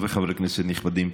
חברות וחברי כנסת נכבדים,